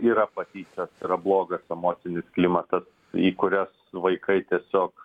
yra patyčios yra blogas emocinis klimatas į kurias vaikai tiesiog